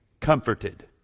comforted